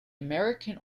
american